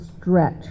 stretch